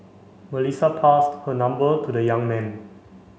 Melissa passed her number to the young man